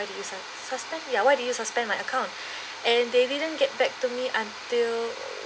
why did you suspend it ya why did you suspend my account and they didn't get back to me until